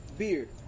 beer